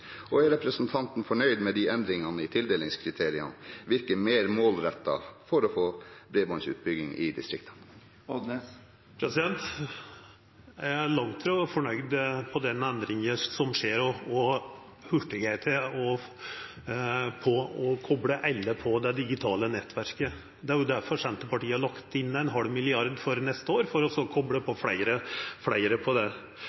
Og er representanten fornøyd med endringene i tildelingskriteriene, virker de mer målrettet for å få bredbåndsutbygging i distriktene? Eg er langt ifrå fornøgd med den endringa som skjer, hurtigheita når det gjeld å kopla alle på det digitale nettverket. Det er difor Senterpartiet har lagt inn ein halv milliard for neste år, for å kopla på fleire. Eg var på